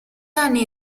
anni